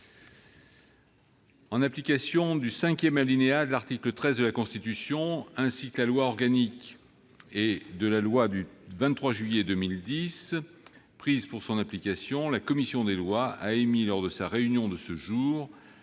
En application du cinquième alinéa de l'article 13 de la Constitution, ainsi que de la loi organique n° 2010-837 et de la loi n° 2010-838 du 23 juillet 2010 prises pour son application, la commission des lois a émis, lors de sa réunion de ce jour,